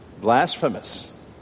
blasphemous